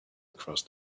across